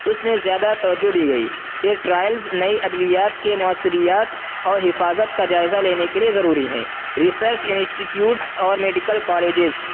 اس میں زیادہ توجہ دی گئی یہ ٹرائلز نئی ادویات کے مؤثریات اور حفاظت کا جائزہ لینے کے لیے ضروری ہیں ریسرچ انسٹیٹیوٹس اور میڈیکل کالجز